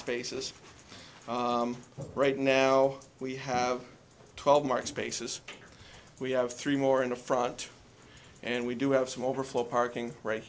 spaces right now we have twelve mark spaces we have three more in the front and we do have some overflow parking right